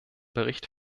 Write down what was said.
bericht